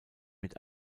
mit